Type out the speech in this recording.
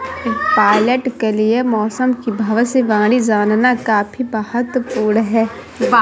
pilot के लिए मौसम की भविष्यवाणी जानना काफी महत्त्वपूर्ण है